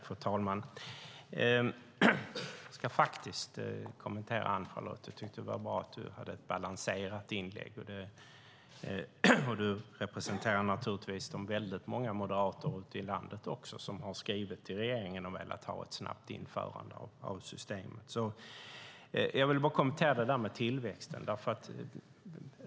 Fru talman! Jag ska faktiskt kommentera Ann-Charlotte Hammar Johnssons inlägg. Jag tyckte att det var bra att du hade ett balanserat inlägg. Du representerar naturligtvis de väldigt många moderater ute i landet som har skrivit till regeringen och velat ha ett snabbt införande av systemet. Jag vill bara kommentera detta med tillväxten.